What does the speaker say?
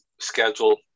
schedule